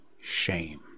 shame